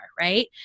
Right